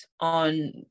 on